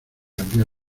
abrió